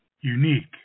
unique